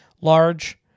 Large